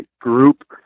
group